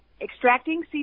extracting